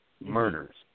murders